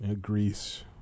greece